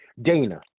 Dana